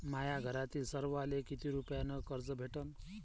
माह्या घरातील सर्वाले किती रुप्यान कर्ज भेटन?